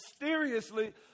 mysteriously